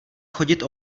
chodit